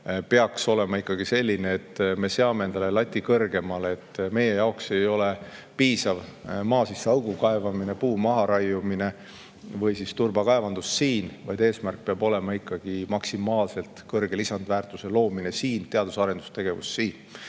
peaks olema ikkagi selline, et me seame enda lati kõrgemale. Meie jaoks ei ole piisav maa sisse augu kaevamine, puu maharaiumine või turbakaevandus, vaid eesmärk peab olema ikkagi maksimaalselt kõrge lisandväärtuse loomine siin, teadus- ja arendustegevus siin.